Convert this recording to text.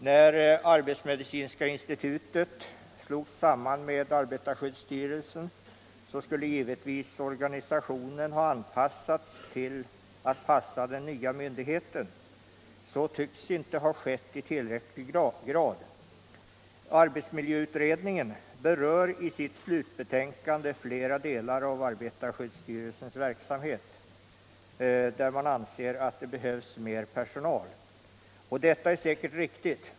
När arbetsmedicinska institutet slogs samman med arbetarskyddsstyrelsen skulle givetvis organisationen ha anpassats till den nya myndigheten. Så tycks inte ha skett i tillräcklig grad. Arbetsmiljöutredningen berör i sitt slutbetänkande flera delar av arbetarskyddsstyrelsens verksamhet där man anser att det behövs mer personal. Detta är säkert riktigt.